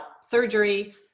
surgery